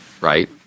Right